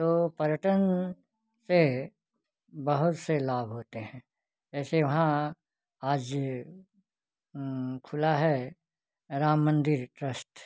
तो पर्यटन से बहुत से लाभ होते हैं ऐसे वहाँ आज खुला है राम मंदिर ट्रस्ट